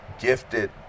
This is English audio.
gifted